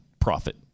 profit